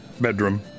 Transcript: bedroom